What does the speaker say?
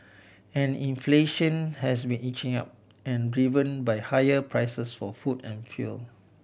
and inflation has been inching up and driven by higher prices for food and fuel